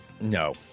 No